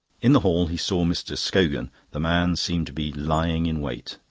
in the hall he saw mr. scogan the man seemed to be lying in wait.